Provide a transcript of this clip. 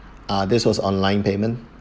ah this was online payment